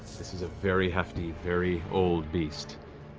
this is a very hefty, very old beast.